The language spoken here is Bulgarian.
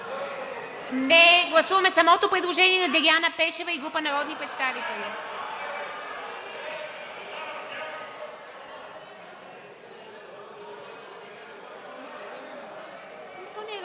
прегласуване на предложението на Деляна Пешева и група народни представители.